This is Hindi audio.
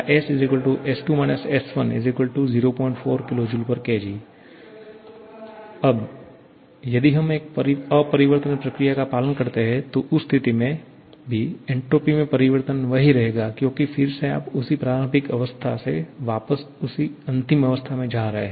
ΔS 𝑆2 − 𝑆1 04 kJK अब यदि हम एक अपरिवर्तनीय प्रक्रिया का पालन करते हैं तो उस स्थिति में भी एन्ट्रापी में परिवर्तन वही रहेगा क्योंकि फिर से आप उसी प्रारंभिक अवस्था से वापस उसी अंतिम अवस्था में जा रहे हैं